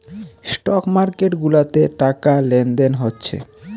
stock market গুলাতে টাকা লেনদেন হচ্ছে